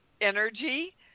energy